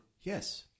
Yes